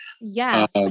Yes